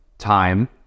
time